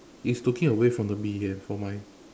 he's looking away from the bee leh for mine